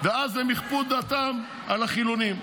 ואז הם יכפו את דעתם על החילונים,